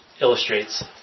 illustrates